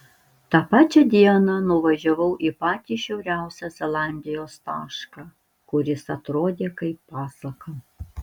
tą pačią dieną nuvažiavau į patį šiauriausią zelandijos tašką kuris atrodė kaip pasaka